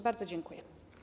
Bardzo dziękuję.